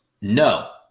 No